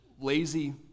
lazy